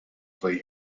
fully